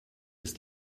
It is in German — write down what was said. ist